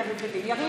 יריב